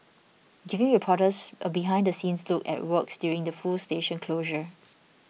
giving reporters a behind the scenes look at works during the full station closure